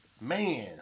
Man